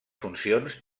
funcions